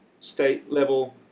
state-level